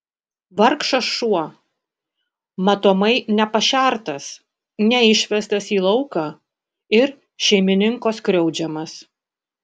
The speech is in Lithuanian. vargšas šuo matomai nepašertas neišvestas į lauką ir šeimininko skriaudžiamas